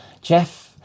Jeff